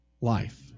life